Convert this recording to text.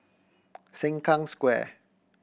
Sengkang Square